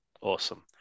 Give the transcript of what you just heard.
Awesome